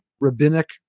rabbinic